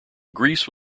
greece